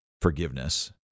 forgiveness